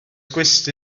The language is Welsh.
gwesty